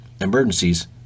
emergencies